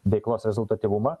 veiklos rezultatyvumą